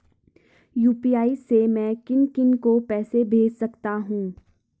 UPI से मैं किन किन को पैसे भेज सकता हूँ?